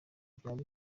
byaba